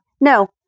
No